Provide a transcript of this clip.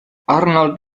arnold